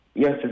Yes